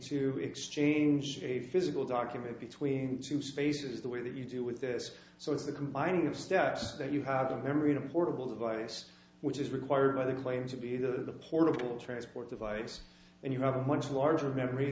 to exchange a physical document between two spaces the way that you do with this so the combining of steps that you have a memory in a portable device which is required by the claim to be either the portable transport device and you have a much larger memory